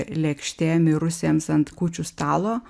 lėkštė mirusiems ant kūčių stalo